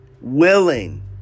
Willing